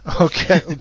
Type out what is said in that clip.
Okay